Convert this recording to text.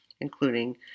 including